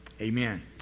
Amen